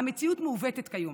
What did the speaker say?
המציאות מעוותת כיום.